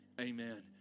Amen